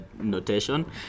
notation